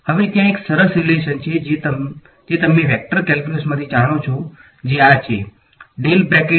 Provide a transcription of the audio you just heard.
હવે ત્યાં એક સરસ રીલેશન છે જે તમે વેક્ટર કેલ્ક્યુલસથી જાણો છો જે આ છે